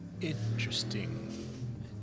Interesting